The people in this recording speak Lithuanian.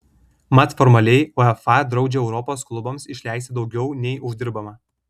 mat formaliai uefa draudžia europos klubams išleisti daugiau nei uždirbama